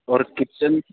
اور کچن